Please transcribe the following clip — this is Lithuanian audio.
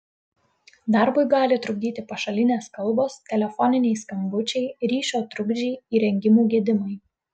darbui gali trukdyti pašalinės kalbos telefoniniai skambučiai ryšio trukdžiai įrengimų gedimai